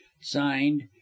signed